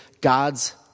God's